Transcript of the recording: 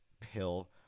pill